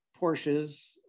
porsches